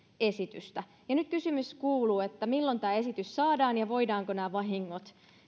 esitystä ja nyt kysymys kuuluu milloin tämä esitys saadaan ja voidaanko nämä vahingot